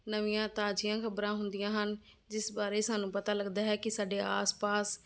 ਨਵੀਆਂ ਤਾਜ਼ੀਆਂ ਖ਼ਬਰਾਂ ਹੁੰਦੀਆਂ ਹਨ ਜਿਸ ਬਾਰੇ ਸਾਨੂੰ ਪਤਾ ਲੱਗਦਾ ਹੈ ਕਿ ਸਾਡੇ ਆਸ ਪਾਸ